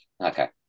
okay